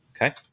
Okay